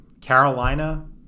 Carolina